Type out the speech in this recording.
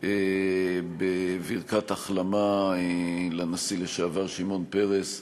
גם בברכת החלמה לנשיא לשעבר שמעון פרס,